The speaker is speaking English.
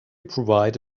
provide